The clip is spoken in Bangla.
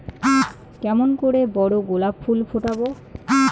কেমন করে বড় গোলাপ ফুল ফোটাব?